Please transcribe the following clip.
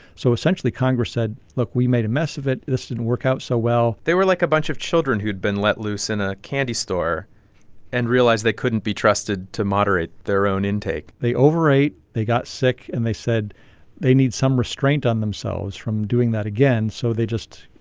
so essentially, congress said, look, we made a mess of it. this didn't work out so well they were like a bunch of children who'd been let loose in a candy store and realized they couldn't be trusted to moderate their own intake they overate. they got sick. and they said they need some restraint on themselves from doing that again, so they just,